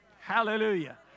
Hallelujah